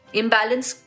imbalance